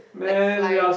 like flies